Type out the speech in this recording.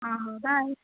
ଅଁ ହଉ ବାଏ